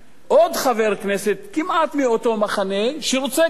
עוד חבר כנסת כמעט מאותו מחנה שרוצה כאילו